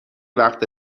وقت